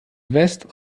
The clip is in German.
west